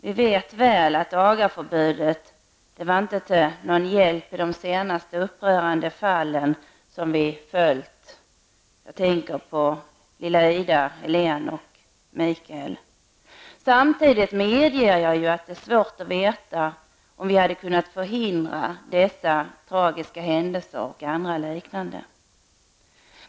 Vi vet väl att agaförbudet inte varit till någon hjälp i de upprörande fall som vi på sistone följt -- jag tänker på lilla Ida, Helene och Mikael. Samtidigt medger jag att det är svårt att veta om vi hade kunnat förhindra dessa tragiska händelser och andra liknande.